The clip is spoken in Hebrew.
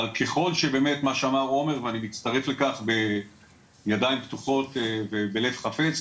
אבל ככל שבאמת מה שאמר עומר ואני מצטרף לכך בידיים פתוחות ובלב חפץ,